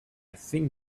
think